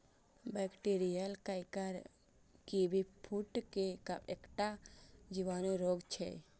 bacterial canker kiwifruit के एकटा जीवाणु रोग छियै